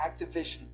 Activision